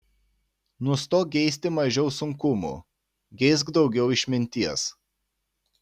nustok geisti mažiau sunkumų geisk daugiau išminties